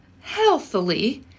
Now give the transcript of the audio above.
healthily